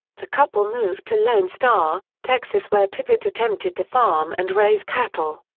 the couple moved to lone star, texas where tippit attempted to farm and raise cattle.